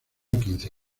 quince